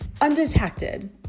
undetected